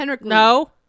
no